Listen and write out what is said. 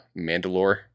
Mandalore